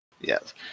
Yes